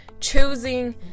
choosing